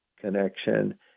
connection